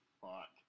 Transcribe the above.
Fuck